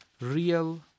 real